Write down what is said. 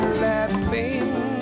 laughing